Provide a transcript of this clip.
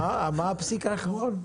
מה הפסיק האחרון?